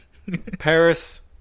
Paris